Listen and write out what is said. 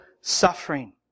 suffering